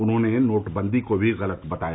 उन्होंने नोटबंदी को भी गलत बताया